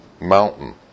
mountain